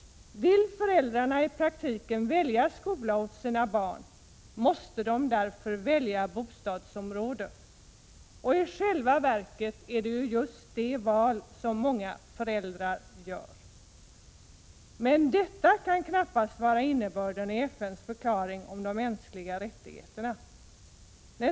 Vill föräldrarna i praktiken välja skola åt sina barn, måste de därför välja bostadsområde. I själva verket är det just detta val som många föräldrar gör. Men detta kan knappast vara innebörden i FN:s förklaring om de mänskliga rättigheterna.